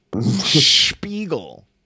Spiegel